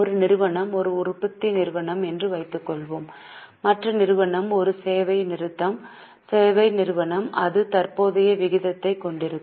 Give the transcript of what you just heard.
ஒரு நிறுவனம் ஒரு உற்பத்தி நிறுவனம் என்று வைத்துக்கொள்வோம் மற்ற நிறுவனம் ஒரு சேவை நிறுவனம் இது தற்போதைய விகிதத்தைக் கொண்டிருக்கும்